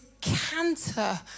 canter